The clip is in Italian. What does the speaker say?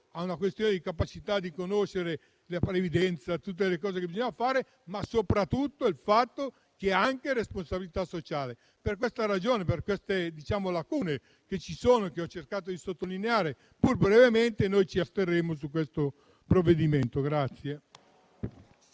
non solo alla capacità di conoscere la previdenza e a tutto ciò che bisogna fare, ma soprattutto al fatto che ha anche una responsabilità sociale. Per questa ragione, per queste lacune che ci sono e che ho cercato di sottolineare, pur brevemente, noi ci asterremo sul provvedimento in